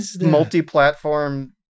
multi-platform